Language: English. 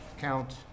Count